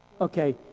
Okay